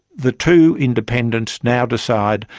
the two independents now decide,